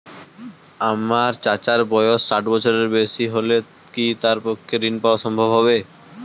আমার চাচার বয়স ষাট বছরের বেশি হলে কি তার পক্ষে ঋণ পাওয়া সম্ভব হবে?